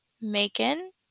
Macon